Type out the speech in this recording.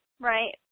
right